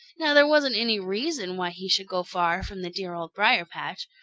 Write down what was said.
now there wasn't any reason why he should go far from the dear old briar-patch.